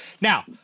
Now